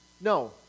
No